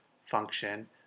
function